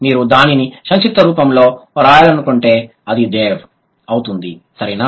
మీరు దానిని సంక్షిప్త రూపంలో వ్రాయాలనుకుంటే అది దేవ్ theyve అవుతుంది సరేనా